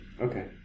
okay